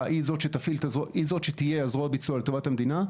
היא זאת שתהיה הזרוע ביצוע לטובת המדינה.